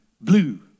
blue